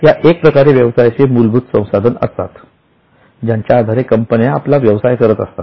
या एक प्रकारे व्यवसायाचे मूलभूत संसाधन असतात ज्यांच्या आधारे कंपन्या आपला व्यवसाय करत असतात